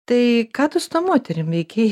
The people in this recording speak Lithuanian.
tai ką tu su ta moterim veikei